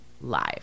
Live